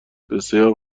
بسیار